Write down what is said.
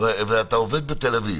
ואתה עובד בתל אביב,